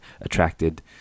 attracted